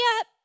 up